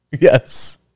Yes